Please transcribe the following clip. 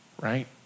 right